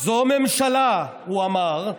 "זו ממשלה", הוא אמר,